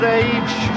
age